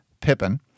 Pippin